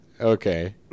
Okay